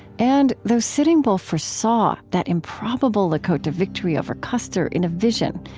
and though sitting bull foresaw that improbable lakota victory over custer in a vision,